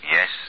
Yes